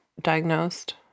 diagnosed